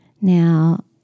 Now